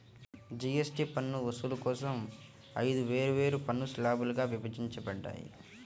GST పన్ను వసూలు కోసం ఐదు వేర్వేరు పన్ను స్లాబ్లుగా విభజించబడ్డాయి